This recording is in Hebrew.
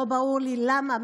לא ברור לי למה,